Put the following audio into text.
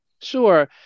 Sure